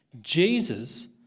Jesus